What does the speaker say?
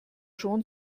schon